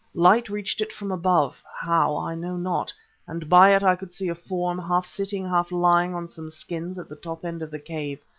light reached it from above how i know not and by it i could see a form half-sitting, half lying on some skins at the top end of the cave.